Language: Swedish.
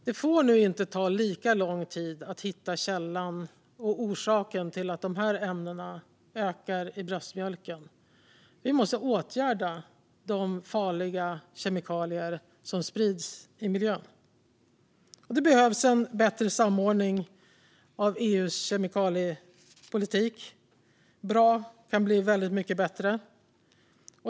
Det får nu inte ta lika lång tid att hitta källan och orsaken till att dessa ämnen ökar i bröstmjölken. Vi måste åtgärda de farliga kemikalier som sprids i miljön. Det behövs en bättre samordning av EU:s kemikaliepolitik. Bra kan bli väldigt mycket bättre.